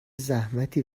زحمتی